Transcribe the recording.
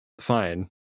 fine